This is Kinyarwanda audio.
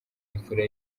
imfura